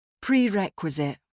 Prerequisite